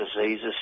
diseases